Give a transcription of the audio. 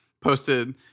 posted